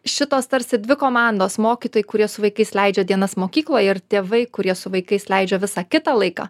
šitos tarsi dvi komandos mokytojai kurie su vaikais leidžia dienas mokykloj ir tėvai kurie su vaikais leidžia visą kitą laiką